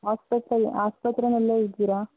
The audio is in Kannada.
ಹಾಸ್ಪೆಟಲ್ ಆಸ್ಪತ್ರೆಯಲ್ಲೇ ಇದ್ದೀರಾ